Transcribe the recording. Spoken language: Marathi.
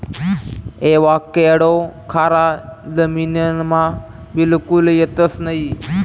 एवाकॅडो खारा जमीनमा बिलकुल येतंस नयी